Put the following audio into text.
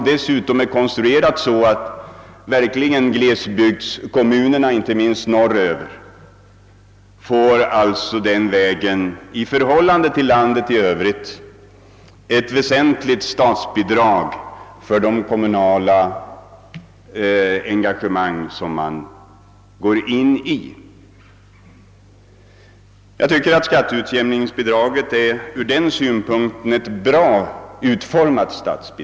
Det är så konstruerat att glesbygdskommunerna — inte minst de norrländska — får ett i förhållande till landet i övrigt väsentligt statsbidrag för sina kommunala engagemang. Jag tycker att skatteutjämningsbidraget ur den synpunkten är bra utformat.